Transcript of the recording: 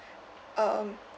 um